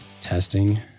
Testing